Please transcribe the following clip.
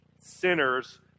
sinners